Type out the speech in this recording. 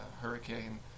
hurricane